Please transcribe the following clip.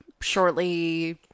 shortly